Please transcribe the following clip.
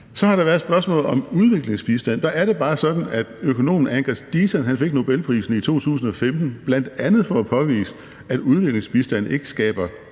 Så har der været et spørgsmål om udviklingsbistand. Der er det bare sådan, at økonomen Angus Deaton fik Nobelprisen i 2015 bl.a. for at påvise, at udviklingsbistand ikke skaber